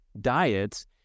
diets